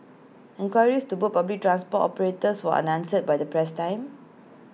inqueries to put public transport operators were unanswered by the press time